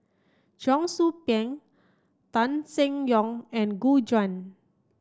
Cheong Soo Pieng Tan Seng Yong and Gu Juan